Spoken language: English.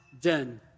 den